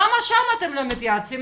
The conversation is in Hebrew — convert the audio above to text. למה שם אתם לא מתייעצים,